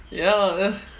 ya lah ya